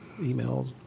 emails